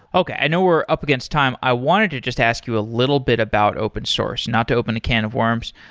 okay. i now we're up against time. i wanted to just ask you a little bit about open source, not to open a can of worms,